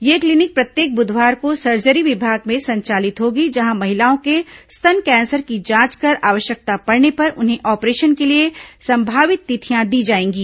यह क्लीनिक प्रत्येक बुधवार को सर्जरी विभाग में संचालित होगी जहां महिलाओं के स्तन कैंसर की जांच कर आवश्यकता पड़ने पर उन्हें ऑपरेशन के लिए संभावित तिथियां दी जाएंगी